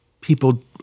people